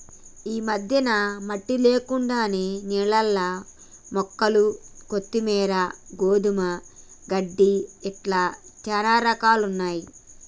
ఈ మధ్యన మట్టి లేకుండానే నీళ్లల్ల మొక్కలు కొత్తిమీరు, గోధుమ గడ్డి ఇట్లా చానా రకాలున్నయ్యి